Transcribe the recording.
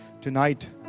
Tonight